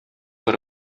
per